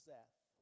Seth